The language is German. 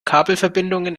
kabelverbindungen